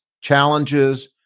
challenges